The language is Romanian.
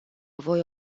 voi